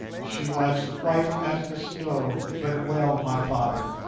she was white as the snow, but well, my father.